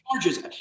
charges